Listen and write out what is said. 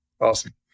Awesome